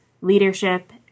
leadership